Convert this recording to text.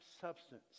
substance